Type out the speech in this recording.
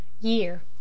Year